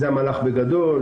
זה המהלך בגדול,